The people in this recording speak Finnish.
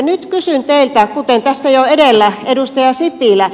nyt kysyn teiltä kuten tässä jo edellä edustaja sipilä